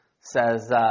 says